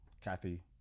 Kathy